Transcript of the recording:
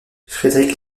frederick